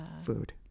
food